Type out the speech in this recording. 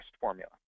formula